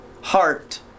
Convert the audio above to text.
heart